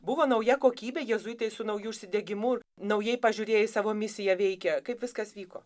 buvo nauja kokybė jėzuitai su nauju užsidegimu naujai pažiūrėję į savo misiją veikė kaip viskas vyko